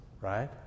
right